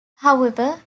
however